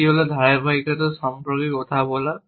একটি হল ধারাবাহিকতা সম্পর্কে কথা বলা